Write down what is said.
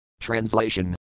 Translation